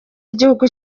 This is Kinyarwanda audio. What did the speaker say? igihugu